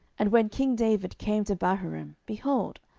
and when king david came to bahurim, behold,